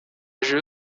jeu